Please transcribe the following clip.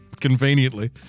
Conveniently